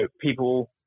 people